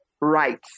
right